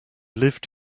lived